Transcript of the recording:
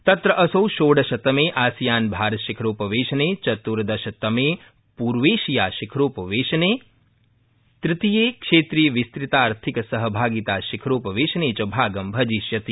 तत्र असौ षोडशतमे आसियान भारतशिखरोपवेशने चत्र्दशतमे पूर्वैशिया शिखरोपवेशने तृतीये क्षेत्रीयविस्तृतार्थिक सहभागिता शिखरोपवेशने च भागं भजिष्यति